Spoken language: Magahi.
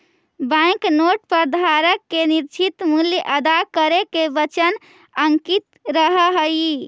बैंक नोट पर धारक के निश्चित मूल्य अदा करे के वचन अंकित रहऽ हई